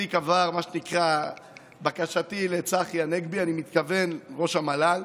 התיק עבר, לבקשתי, לצחי הנגבי, ראש המל"ל,